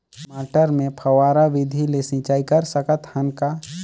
मटर मे फव्वारा विधि ले सिंचाई कर सकत हन का?